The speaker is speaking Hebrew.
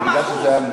כמה אחוז?